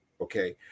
Okay